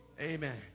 Amen